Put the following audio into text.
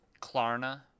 Klarna